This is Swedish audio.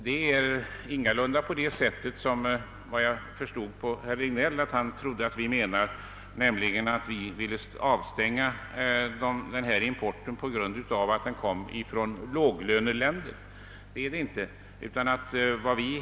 Det är ingalunda på det sättet att vi vill — jag förstod av herr Regnéll att han trodde att vi ville det — avstänga denna import på grund av att den kommer från låglöneländer. Det är inte det saken gäller.